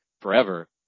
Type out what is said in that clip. forever